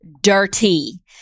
dirty